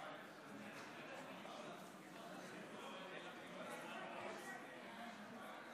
אדוני היו"ר.